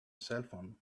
cellphone